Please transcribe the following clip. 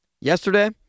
yesterday